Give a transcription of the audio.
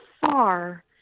far